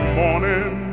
morning